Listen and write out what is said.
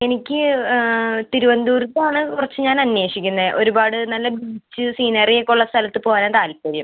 എനിക്ക് തിരുവനന്തപുരത്താണ് കുറച്ച് ഞാൻ അന്വേഷിക്കുന്നത് ഒരുപാട് നല്ല ബീച്ച് സീനറിയർ ഒക്കെ ഉള്ള സ്ഥലത്ത് പോകാനാണ് താൽപ്പര്യം